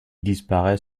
disparaît